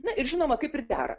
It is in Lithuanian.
na ir žinoma kaip ir dera